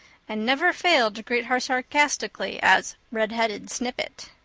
and never failed to greet her sarcastically as redheaded snippet.